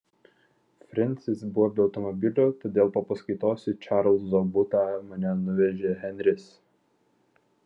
frensis buvo be automobilio todėl po paskaitos į čarlzo butą mane nuvežė henris